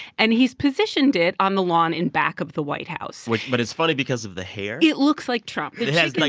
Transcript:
and he's positioned it on the lawn in back of the white house but it's funny because of the hair it looks like trump it has, like